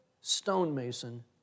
stonemason